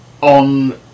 On